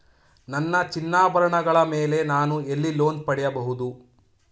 ನನ್ನ ಚಿನ್ನಾಭರಣಗಳ ಮೇಲೆ ನಾನು ಎಲ್ಲಿ ಲೋನ್ ಪಡೆಯಬಹುದು?